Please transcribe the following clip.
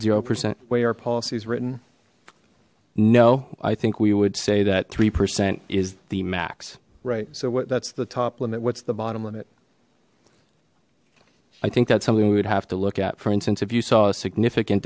percent way our policies written no i think we would say that three percent is the max right so what that's the top limit what's the bottom limit i think that's something we would have to look at for instance if you saw a significant